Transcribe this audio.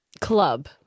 club